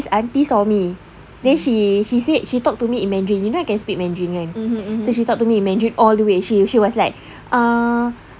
this aunty saw me then she said she talk to me in mandarin you know I can speak mandarin kan so she talk to me in mandarin all the way she was like ah